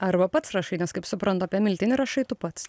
arba pats rašai nes kaip suprantu apie miltinį rašai tu pats